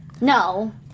no